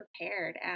prepared